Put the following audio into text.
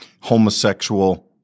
homosexual